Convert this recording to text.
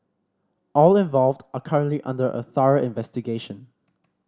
all involved are currently under a through investigation